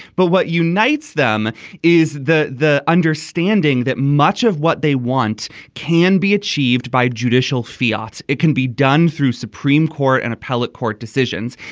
but what unites them is the the understanding that much of what they want can be achieved by judicial fiat. it can be done through supreme court and appellate court decisions.